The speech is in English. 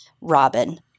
Robin